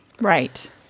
Right